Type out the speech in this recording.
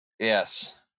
yes